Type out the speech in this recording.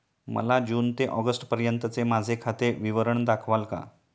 मला जून ते ऑगस्टपर्यंतचे माझे खाते विवरण दाखवाल का?